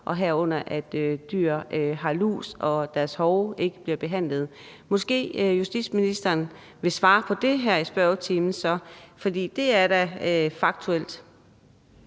sulter, og at dyr har lus, og at deres hove ikke bliver behandlet? Måske vil justitsministeren svare på det her er i spørgetimen, for det er da faktuelt.